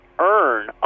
earn